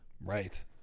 Right